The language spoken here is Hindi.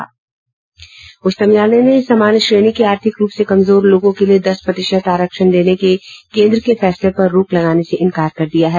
उच्चतम न्यायालय ने सामान्य श्रेणी के आर्थिक रूप से कमजोर लोगों के लिए दस प्रतिशत आरक्षण देने के केन्द्र के फैसले पर रोक लगाने से इंकार कर दिया है